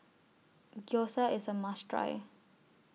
Gyoza IS A must Try